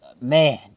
man